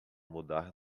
mudar